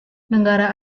negara